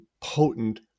potent